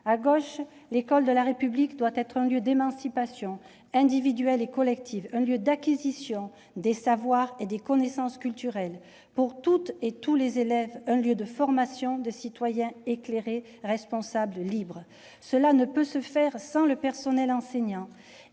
À gauche, l'école de la République doit être un lieu d'émancipation individuelle et collective, un lieu d'acquisition des savoirs et des connaissances culturelles et, pour toutes et tous les élèves, un lieu de formation de citoyens éclairés, responsables, libres. Cela ne peut se faire sans le personnel enseignant